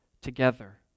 together